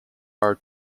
are